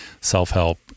self-help